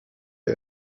های